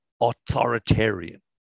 authoritarian